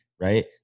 right